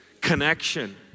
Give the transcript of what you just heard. connection